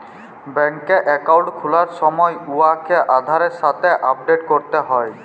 ব্যাংকে একাউল্ট খুলার সময় উয়াকে আধারের সাথে আপডেট ক্যরতে হ্যয়